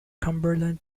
cumberland